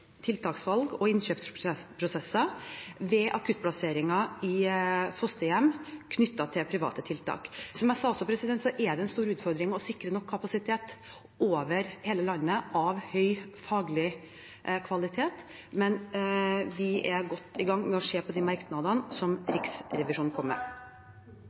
tiltaksvalg og innkjøpsprosesser ved akuttplasseringer i fosterhjem knyttet til private tiltak. Som jeg også sa, er det en stor utfordring å sikre nok kapasitet over hele landet av høy faglig kvalitet, men vi er godt i gang med å se på de merknadene som Riksrevisjonen kom med.